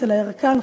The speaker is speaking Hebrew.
אצל הירקן,